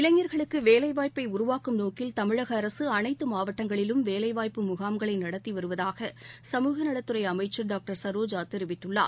இளைஞர்களுக்கு வேலைவாய்ப்பை உருவாக்கும் நோக்கில் தமிழக மாவட்டங்களிலும் வேலைவாய்ப்பு முகாம்களை நடத்தி வருவதாக சமூக நலத்துறை அமைச்சர் டாக்டர் சரோஜா தெரிவித்துள்ளார்